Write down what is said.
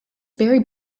barry